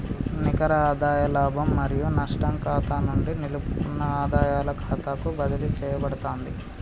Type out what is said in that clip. నికర ఆదాయ లాభం మరియు నష్టం ఖాతా నుండి నిలుపుకున్న ఆదాయాల ఖాతాకు బదిలీ చేయబడతాంది